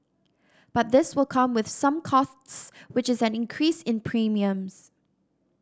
but this will come with some costs which is an increase in premiums